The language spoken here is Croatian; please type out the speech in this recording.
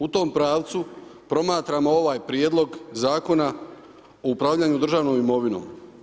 U tom pravcu promatramo ovaj prijedlog Zakona o upravljanju državnom imovinom.